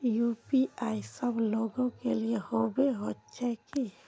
UPI सब लोग के लिए होबे होचे की?